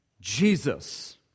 Jesus